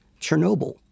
chernobyl